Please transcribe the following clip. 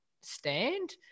stand